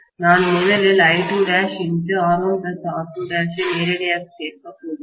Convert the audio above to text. நான் முதலில் I2'R1R2'ஐ நேரடியாக சேர்க்கப் போகிறேன்